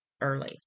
early